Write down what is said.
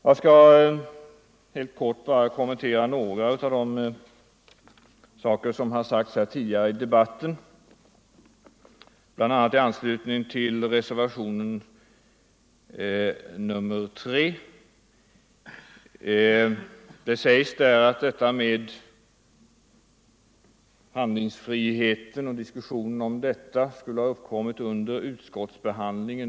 Jag skall bara helt kort kommentera några av de saker som sagts tidigare i debatten, bl.a. i anslutning till reservationen 3. Det sägs där att diskussionen om kommunernas handlingsfrihet skulle ha uppkommit under utskottsbehandlingen.